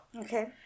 okay